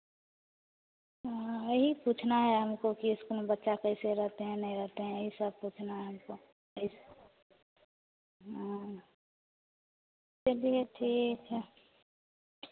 हाँ वही पूछना है हमको कि इस्कूल में बच्चा कैसे रहते हैं नहीं रहते हैं यही सब पूछना है हमको यही हाँ चलिए ठीक है